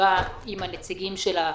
ישיבה עם הנציגים שלה,